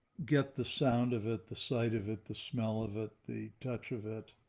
get the sound of it, the sight of it, the smell of it, the touch of it,